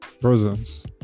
presence